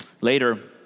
Later